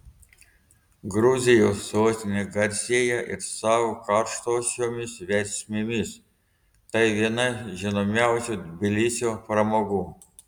gruzijos sostinė garsėja ir savo karštosiomis versmėmis tai viena žinomiausių tbilisio pramogų